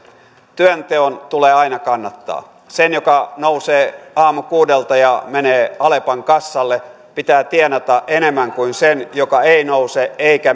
työnteon tulee aina kannattaa sen joka nousee aamukuudelta ja menee alepan kassalle pitää tienata enemmän kuin sen joka ei nouse eikä